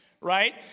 right